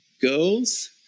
girls